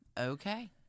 Okay